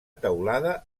teulada